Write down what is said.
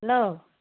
hello